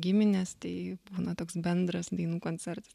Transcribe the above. giminės tai būna toks bendras dainų koncertas